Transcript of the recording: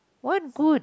what good